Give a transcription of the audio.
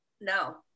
no